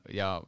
ja